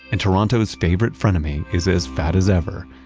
and toronto's favorite frenemy is as fat as ever.